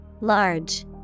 Large